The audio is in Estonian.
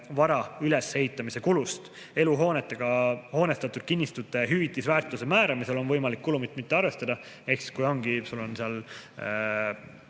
vara ülesehitamise kulust. Eluhoonetega hoonestatud kinnistute hüvitisväärtuse määramisel on võimalik kulumit mitte arvestada. Ehk kui sul on seal